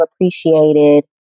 appreciated